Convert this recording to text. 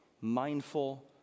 mindful